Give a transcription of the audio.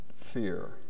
fear